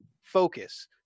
Focus